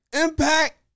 Impact